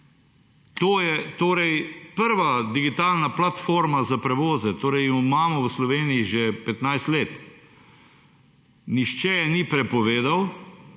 To je torej prva digitalna platforma za prevoze, torej jo imamo v Sloveniji že 15 let. Nihče je ni prepovedal,